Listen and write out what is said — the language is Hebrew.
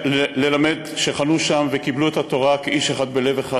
ללמד שחנו שם וקיבלו את התורה כאיש אחד בלב אחד.